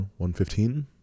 115